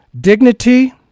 dignity